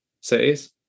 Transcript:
cities